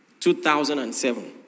2007